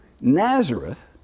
Nazareth